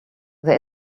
there